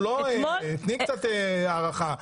תני קצת הערכה.